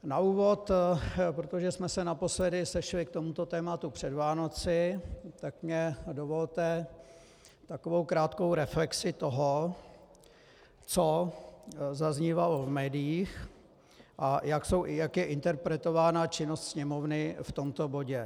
Na úvod, protože jsme se naposledy sešli k tomuto tématu před Vánocemi, tak mi dovolte takovou krátkou reflexi toho, co zaznívalo v médiích a jak je interpretována činnost Sněmovny v tomto bodě.